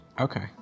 Okay